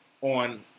on